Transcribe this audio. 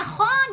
נכון,